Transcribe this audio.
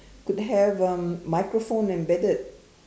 could have a microphone embedded